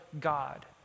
God